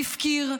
מי הפקיר,